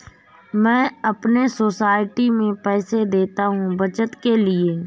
मैं अपने सोसाइटी में पैसे देता हूं बचत के लिए